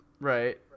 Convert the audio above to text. Right